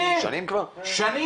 כבר שנים?